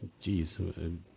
Jeez